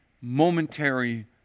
momentary